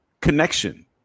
connection